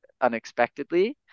unexpectedly